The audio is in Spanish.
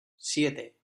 siete